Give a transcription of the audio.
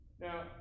now